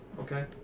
okay